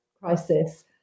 crisis